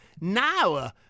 Now